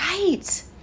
Right